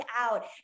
out